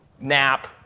nap